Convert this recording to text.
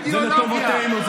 אומר,